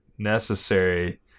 necessary